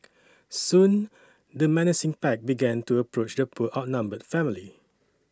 soon the menacing pack began to approach the poor outnumbered family